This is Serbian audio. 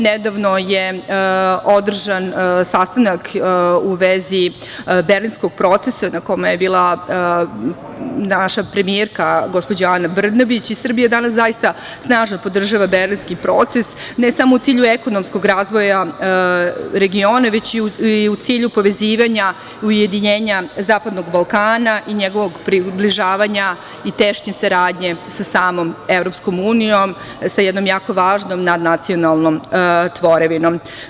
Nedavno je održan sastanak u vezi berlinskog procesa na kome je bila naša premijerka gospođa Ana Brnabić i Srbija danas snažno podržava berlinski proces, ne samo u cilju ekonomskog razvoja regiona, već i u cilju povezivanja ujedinjenja Zapadnog Balkana i njegovog približavanja i tešnje saradnje sa samom EU, sa jednom jako važnom nadnacionalnom tvorevinom.